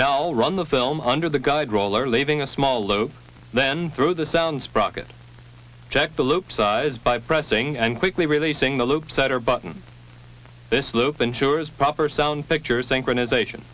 now run the film under the guide roller leaving a small lope then through the sound sprocket check the loop size by pressing and quickly releasing the loop setter button this loop ensures proper sound pictures synchronisation